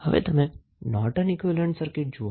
હવે તમે Norton equivalent circuit જુઓ